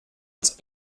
its